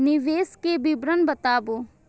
निवेश के विवरण बताबू?